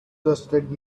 trusted